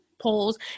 polls